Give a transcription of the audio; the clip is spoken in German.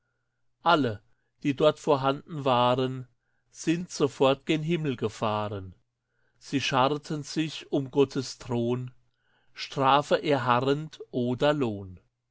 alle die dort vorhanden waren sind sofort gen himmel gefahren sie scharten sich um gottes thron strafe erharrend oder lohn